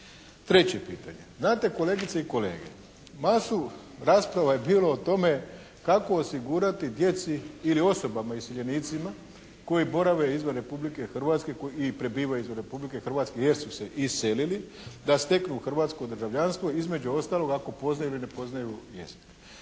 Treće pitanje, znate kolegice i kolege, masu rasprava je bilo o tome kako osigurati djeci ili osobama iseljenicima koji borave izvan Republike Hrvatske i prebivaju izvan Republike Hrvatske jer su se iselili da steknu hrvatsko državljanstvo između ostalog ako poznaju ili ne poznaju jezik.